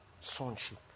Sonship